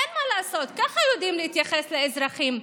אין מה לעשות, ככה יודעים להתייחס לאזרחים.